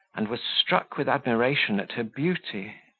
and was struck with admiration at her beauty.